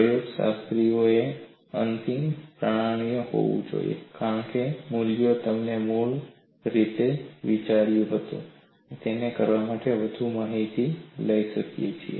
પ્રયોગશાસ્ત્રીઓએ અત્યંત પ્રામાણિક હોવું જોઈએ કારણ કે મૂલ્યો તમે મૂળ રીતે વિચાર્યું હતું તેના કરતાં વધુ માહિતી લઈ શકે છે